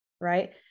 right